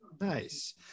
Nice